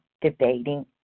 debating